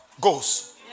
goes